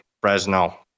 Fresno